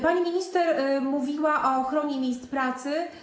Pani minister mówiła o ochronie miejsc pracy.